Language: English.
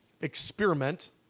experiment